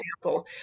example